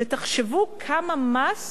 ותחשבו כמה מס